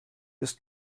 ist